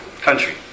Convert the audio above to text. country